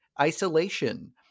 isolation